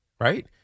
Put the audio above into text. right